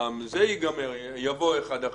פעם זה ייגמר, יבוא אחד אחר.